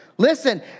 Listen